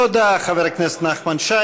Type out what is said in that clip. תודה, חבר הכנסת נחמן שי.